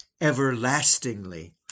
everlastingly